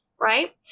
Right